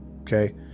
Okay